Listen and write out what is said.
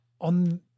on